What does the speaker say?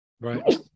Right